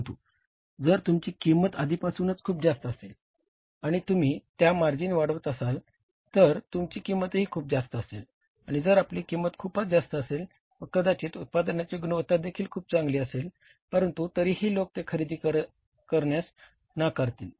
परंतु जर तुमची किंमत आधीपासूनच खूप जास्त असेल आणि तुम्ही त्यात मार्जिन वाढवत असाल तर तुमची किंमतही खूप जास्त असेल आणि जर आपली किंमत खूपच जास्त असेल व कदाचित उत्पादनाची गुणवत्ता देखील खूप चांगली असेल परंतु तरीही लोक ते खरेदी करण्यास नाकारतील